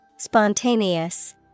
Spontaneous